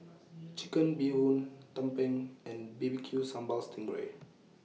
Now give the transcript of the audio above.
Chicken Bee Hoon Tumpeng and B B Q Sambal Sting Ray